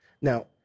Now